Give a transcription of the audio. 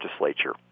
legislature